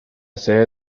sede